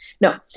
no